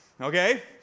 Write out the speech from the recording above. Okay